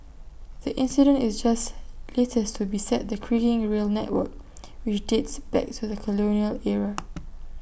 the incident is just latest to beset the creaking rail network which dates back to the colonial era